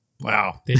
Wow